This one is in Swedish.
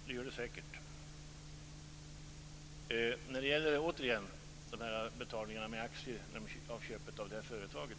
Fru talman! Det gör det säkert. Återigen när det gäller betalningen med aktier vid köp av företag: